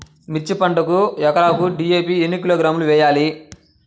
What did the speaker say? మిర్చి పంటకు ఎకరాకు డీ.ఏ.పీ ఎన్ని కిలోగ్రాములు వేయాలి?